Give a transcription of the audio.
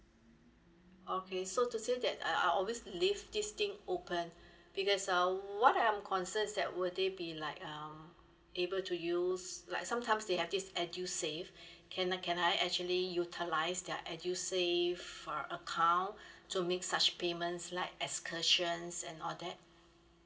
okay so to say that uh I always leave this thing open because uh what I'm concern is that were they be like um able to use like sometimes they have this edusave can I can I actually utilise their edusave uh account to make such payments like excursions and all that